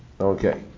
Okay